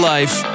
Life